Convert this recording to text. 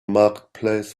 marketplace